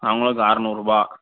அவங்களுக்கு அறுநூறுபா